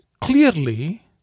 clearly